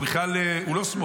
הוא בכלל, הוא לא שמאל.